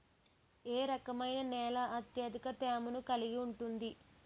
ఏ రకమైన నేల అత్యధిక తేమను కలిగి ఉంటుంది?